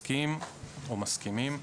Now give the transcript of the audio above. מסכים או מסכימים.